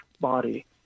body